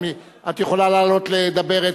את יכולה לעלות לדבר,